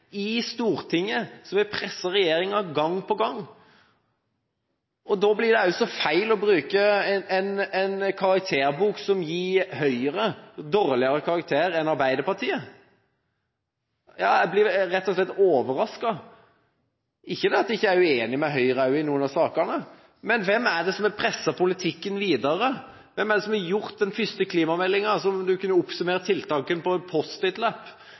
i Stortinget, som presser regjeringen gang på gang. Da blir det også feil å bruke en karakterbok som gir Høyre dårligere karakter enn Arbeiderpartiet. Ja, jeg blir rett og slett overrasket. Det betyr ikke at jeg ikke er uenig med Høyre i noen av sakene, men hvem er det som har presset politikken videre? Hvem var det som gjorde den første klimameldingen – der du kunne oppsummert tiltakene på